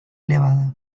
elevada